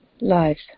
lives